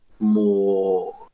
more